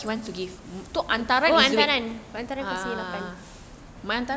oh hantaran hantaran kasi lapan